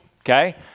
okay